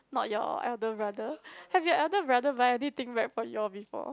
not your elder brother have your elder brother buy anything back for you all before